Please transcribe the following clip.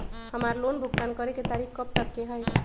हमार लोन भुगतान करे के तारीख कब तक के हई?